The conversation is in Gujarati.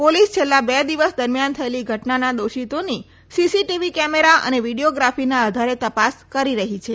પોલીસ છેલ્લા બે દિવસ દરમિયાન થયેલી ઘટનાના દોષિતોની સીસીટીવી કેમેરા અને વિડીયો ગ્રાફીના આધારે તપાસ કરી રહી છે